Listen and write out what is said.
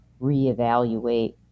reevaluate